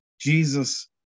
Jesus